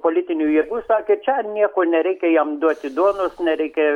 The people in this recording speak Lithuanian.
politinių jėgų sakė čia nieko nereikia jam duoti duonos nereikia